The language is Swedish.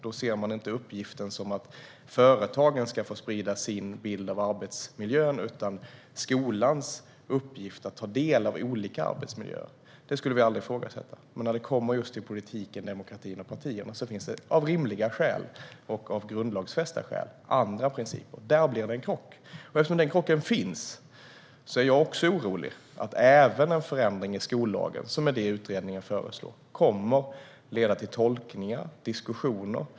Då ser man det inte som sin uppgift att företagen ska få sprida sin bild av arbetsmiljön, utan man ser det som att skolans uppgift är att ta del av olika arbetsmiljöer. Detta skulle vi aldrig ifrågasätta. Men när det gäller politiken, demokratin och partierna finns det av rimliga och grundlagsfästa skäl andra principer. Och där blir det en krock. Eftersom den krocken finns är även jag orolig för att en förändring av skollagen, vilket utredningen föreslår, kommer att leda till tolkningar och diskussioner.